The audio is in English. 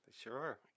Sure